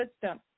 system